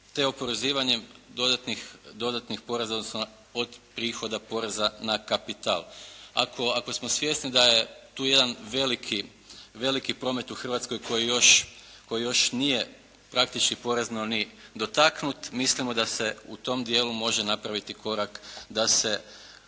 te oporezivanjem dodatnih poreza odnosno od prihoda poreza na kapital. Ako smo svjesni da je tu jedan veliki promet u Hrvatskoj koji još nije praktički porezno ni dotaknut mislimo da se u tom dijelu može napraviti korak da se